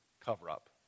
cover-up